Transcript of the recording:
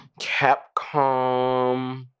Capcom